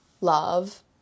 love